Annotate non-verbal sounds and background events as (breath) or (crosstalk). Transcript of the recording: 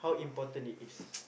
(breath) (noise)